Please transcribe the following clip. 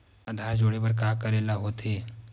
आधार जोड़े बर का करे ला होथे?